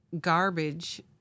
garbage